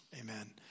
amen